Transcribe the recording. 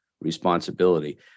responsibility